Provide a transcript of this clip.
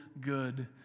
good